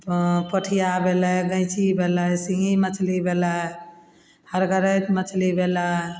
पोठिया भेलय गैञ्ची भेलय सिङ्घी मछली भेलय हरगढ़ैत मछली भेलय